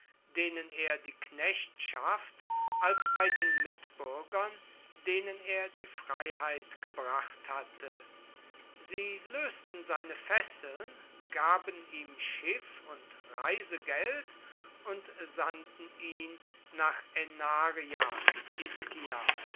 denen er die knechtschaft als bei den mitbürgern denen er die freiheit gebracht hatte sie lösten seine fesseln gaben ihm schiff und reisegeld und sandten ihn nach aenaria